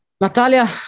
Natalia